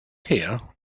here